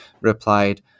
replied